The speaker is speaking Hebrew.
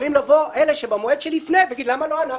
יכולים לבוא אלה שבמועד שלפני ולהגיד: למה לא אנחנו?